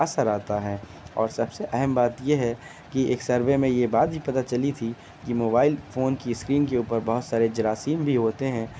اثر آتا ہے اور سب سے اہم بات یہ ہے کہ ایک سروے میں یہ بات بھی پتا چلی تھی کہ موبائل فون کی اسکرین کے اوپر بہت سارے جراثیم بھی ہوتے ہیں